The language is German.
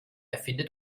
erfinde